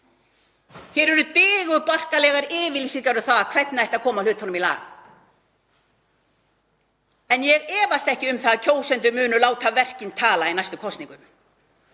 Hér eru digurbarkalegar yfirlýsingar um það hvernig ætti að koma hlutunum í lag en ég efast ekki um að kjósendur munu láta verkin tala í næstu kosningum.